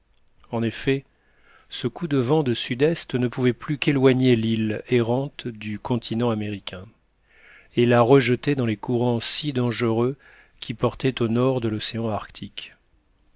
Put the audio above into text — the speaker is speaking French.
en effet ce coup de vent de sud-est ne pouvait plus qu'éloigner l'île errante du continent américain et la rejeter dans les courants si dangereux qui portaient au nord de l'océan arctique